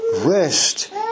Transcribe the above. rest